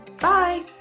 Bye